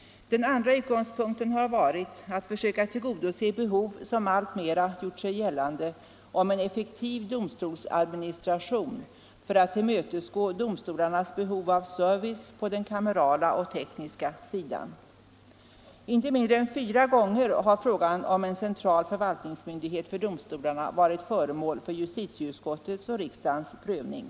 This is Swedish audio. Den andra utgångspunkten har varit att försöka tillgodose behov som alltmer gjort sig gällande av en effektiv domstolsadministration för att tillmötesgå domstolarnas behov av service på den kamerala och tekniska sidan. Inte mindre än fyra gånger har frågan om en central förvaltningsmyndighet för domstolarna varit föremål för justitieutskottets och riksdagens prövning.